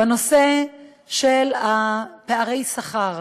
בנושא של פערי השכר,